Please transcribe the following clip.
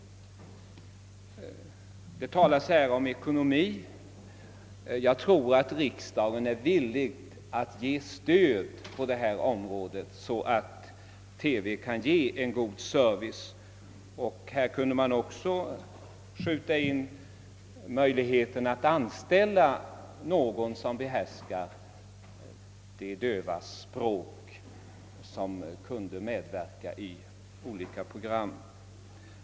Det har talats om ekonomi i detta sammanhang. Jag tror att riksdagen är villig att ge stöd på detta område, så att TV kan ge en god service. Jag skulle också vilja peka på möjligheten att anställa någon som behärskar de dövas språk och som kunde medverka i olika program.